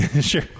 Sure